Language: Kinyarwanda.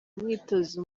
umwitozo